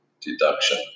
Deduction